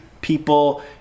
people